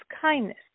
kindness